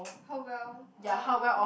how well (uh huh)